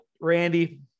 Randy